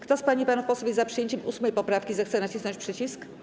Kto z pań i panów posłów jest za przyjęciem 8. poprawki, zechce nacisnąć przycisk.